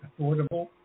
affordable